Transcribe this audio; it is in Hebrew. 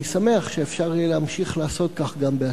אני שמח שאפשר יהיה להמשיך לעשות כך גם בעתיד.